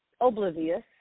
oblivious